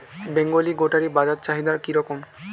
বেঙ্গল গোটারি বাজার চাহিদা কি রকম?